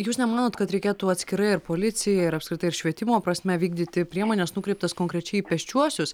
jūs nemanot kad reikėtų atskirai ir policijai ir apskritai ir švietimo prasme vykdyti priemones nukreiptas konkrečiai į pėsčiuosius